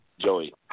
Joey